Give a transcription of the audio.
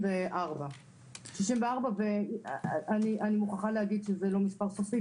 64. אני מוכרחה להגיד שזה לא מספר סופי